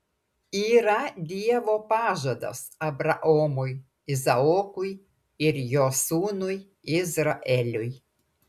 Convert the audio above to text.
yra dievo pažadas abraomui izaokui ir jo sūnui izraeliui